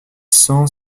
cent